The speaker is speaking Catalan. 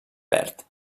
verd